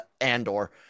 Andor